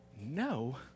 No